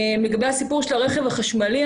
לגבי הרכב החשמלי.